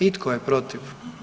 I tko je protiv?